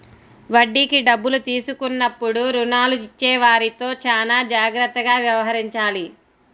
వడ్డీకి డబ్బులు తీసుకున్నప్పుడు రుణాలు ఇచ్చేవారితో చానా జాగ్రత్తగా వ్యవహరించాలి